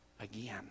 again